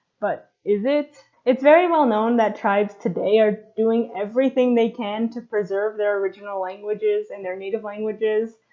but is it? it's very well known that tribes today are doing everything they can to preserve their original languages and their native languages,